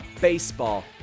baseball